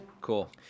Cool